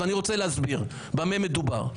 אני רוצה להסביר במה מדובר: